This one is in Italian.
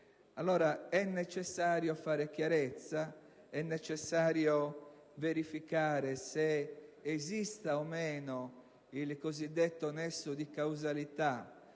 È necessario fare chiarezza e verificare se esista o meno il cosiddetto nesso di causalità